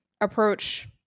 approach